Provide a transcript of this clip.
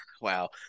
wow